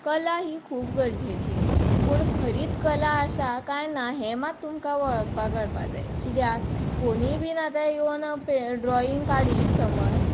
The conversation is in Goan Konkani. कला ही खूब गरजेची पूण खरीत कला आसा काय ना हें मात तुमकां वळखपा कळपाक जाय किद्याक कोणी बीन आतां येवन ड्रॉयींग काडीत समज